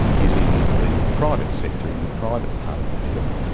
is in the private sector, in the private part of the pillar.